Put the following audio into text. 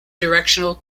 directional